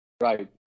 right